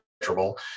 measurable